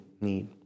need